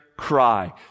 Cry